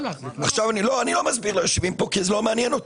אני לא מסביר ליושבים פה כי זה לא מעניין אותם,